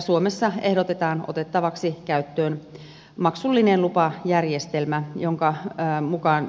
suomessa ehdotetaan otettavaksi käyttöön maksullinen lupajärjestelmä